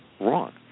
Wrong